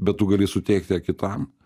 bet tu gali suteikt ją kitam